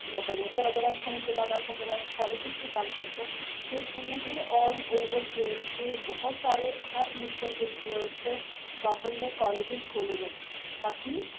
ते अगर अस स्कूल दे बाद कॉलेज दी गल्ल करचै ते होर सारे जे एंड के बिच हर नुक्कड़ च गौरमेंट नै कॉलेज खोह्ले दे न ताकी